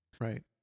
Right